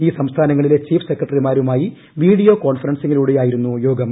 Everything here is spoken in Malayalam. ഈ സംസ്ഥാനങ്ങളിലെ ചീഫ് സെക്രട്ടറിമാരുമായി വീഡിയോ കോൺഫറൻസിംഗിലൂടെയായിരുന്നു യോഗം